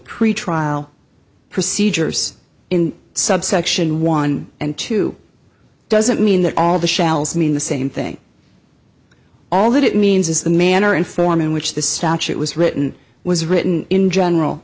pretrial procedures in subsection one and two doesn't mean that all the shells mean the same thing all that it means is the manner in form in which the statute was written was written in general